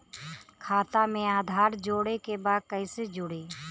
खाता में आधार जोड़े के बा कैसे जुड़ी?